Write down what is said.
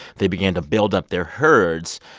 they began to build up their herds,